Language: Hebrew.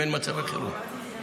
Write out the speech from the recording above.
אם אין מצבי חירום,